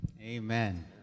Amen